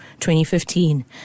2015